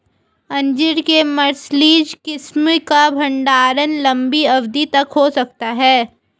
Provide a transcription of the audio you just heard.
अंजीर के मार्सलीज किस्म का भंडारण लंबी अवधि तक हो सकता है